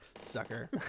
sucker